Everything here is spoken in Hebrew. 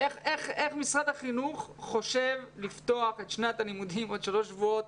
איך משרד החינוך חושב לפתוח את שנת הלימודים בעוד שלושה שבועות